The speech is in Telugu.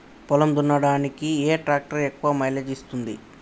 పొలం దున్నడానికి ఏ ట్రాక్టర్ ఎక్కువ మైలేజ్ ఇస్తుంది?